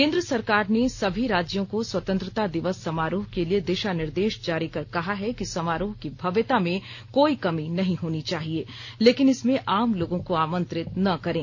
केन्द्र सरकार ने सभी राज्यों को स्वतंत्रता दिवस समारोह के लिए दिशा निर्देश जारी कर कहा है कि समारोह की भव्यता में कोई कमी नहीं होनी चाहिए लेकिन इसमें आम लोगों को आमंत्रित न करें